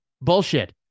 Bullshit